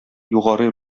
югары